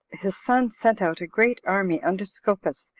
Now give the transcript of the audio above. his son sent out a great army under scopas,